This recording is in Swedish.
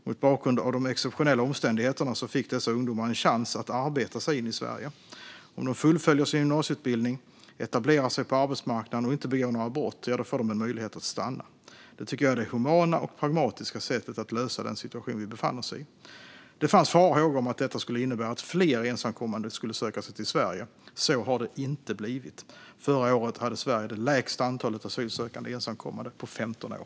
Mot bakgrund av de exceptionella omständigheterna fick dessa ungdomar en chans att arbeta sig in i Sverige. Om de fullföljer sin gymnasieutbildning, etablerar sig på arbetsmarknaden och inte begår brott får de möjlighet att stanna. Det tycker jag är det humana och pragmatiska sättet att lösa den situation vi befann oss i. Det fanns farhågor om att detta skulle innebära att fler ensamkommande skulle söka sig till Sverige. Så har det inte blivit. Förra året hade Sverige det lägsta antalet ensamkommande asylsökande på 15 år.